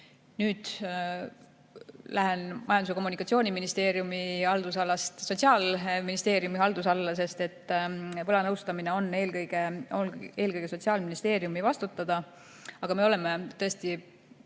Nüüd lähen Majandus- ja Kommunikatsiooniministeeriumi haldusalast Sotsiaalministeeriumi haldusalasse, sest võlanõustamine on eelkõige Sotsiaalministeeriumi vastutada. Aga me oleme tõesti